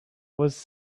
was